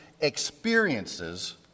experiences